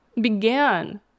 began